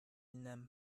n’aiment